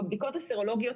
בבדיקות הסרולוגיות,